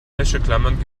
wäscheklammern